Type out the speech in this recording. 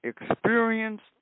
experienced